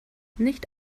nicht